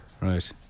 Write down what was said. Right